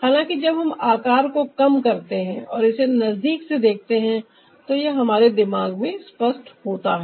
हालांकि जब हम आकार को कम करते हैं और इसे नजदीक से देखते हैं तो यह हमारे दिमाग में स्पष्ट होता है